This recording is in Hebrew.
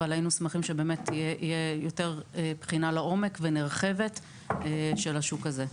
אבל היינו שמחים שתהיה יותר בחינה נרחבת ולעומק של השוק הזה.